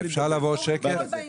אפשר לעבור שקף.